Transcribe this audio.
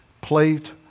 plate